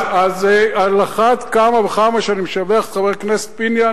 אז על אחת כמה וכמה שאני אשבח את חבר הכנסת פיניאן